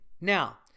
Now